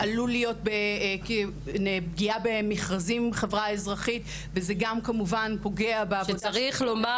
ועלולה להיות פגיעה במכרזים בחברה אזרחית --- וצריך לומר